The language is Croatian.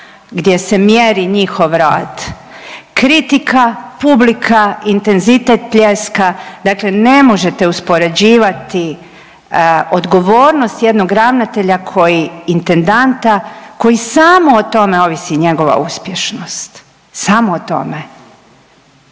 gdje se mjeri njihov rad. Kritika, publika, intenzitet pljeska. Dakle, ne možete uspoređivati odgovornost jednog ravnatelja koji, intendanta koji samo o tome ovisi njegova uspješnost. Samo o tome,